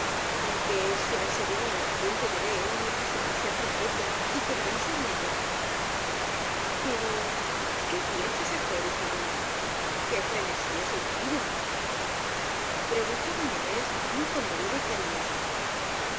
aunque será severa la lección que yo dé no pasará á ser tragedia y quedará en sai nete p e ro qué piensas hacer hija mía que fre nesí es el tuyo preguntó doña inés muy conmo vida y cariñosa